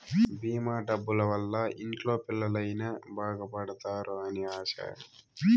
భీమా డబ్బుల వల్ల ఇంట్లో పిల్లలు అయిన బాగుపడుతారు అని ఆశ